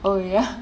oh ya